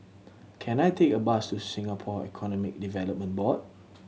can I take a bus to Singapore Economic Development Board